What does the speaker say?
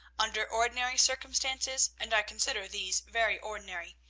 under ordinary circumstances, and i consider these very ordinary,